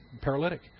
paralytic